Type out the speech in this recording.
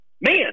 Man